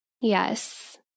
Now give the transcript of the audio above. Yes